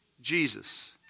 Jesus